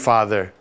Father